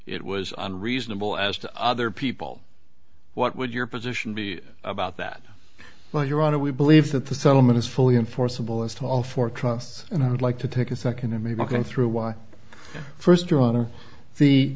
it was on reasonable asked other people what would your position be about that well your honor we believe that the settlement is fully enforceable as to all four trusts and i would like to take a second to me looking through why first to honor the